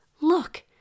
Look